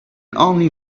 only